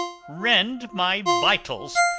rend my vitals,